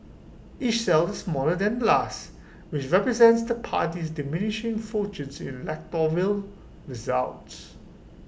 each cell is smaller than the last which represents the party's diminishing fortunes in electoral results